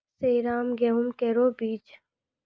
श्रीराम गेहूँ केरो बीज?